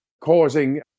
causing